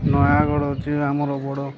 ନୟାଗଡ଼ ଅଛି ଆମର ବଡ଼